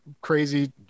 crazy